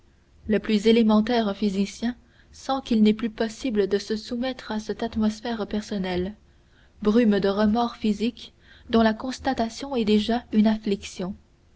le plus élémentaire physicien sent qu'il n'est plus possible de se soumettre à cette atmosphère personnelle brume de remords physiques dont la constatation est déjà une